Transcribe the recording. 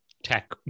tech